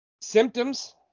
Symptoms